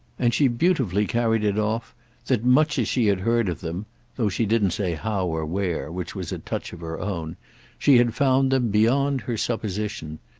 and she beautifully carried it off that much as she had heard of them though she didn't say how or where, which was a touch of her own she had found them beyond her supposition.